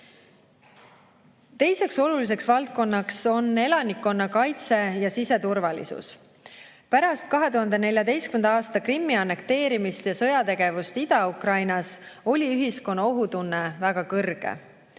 vaadata. Teiseks oluliseks valdkonnaks on elanikkonnakaitse ja siseturvalisus. Pärast 2014. aasta Krimmi annekteerimist ja sõjategevust Ida-Ukrainas oli ühiskonna ohutunne väga tugev.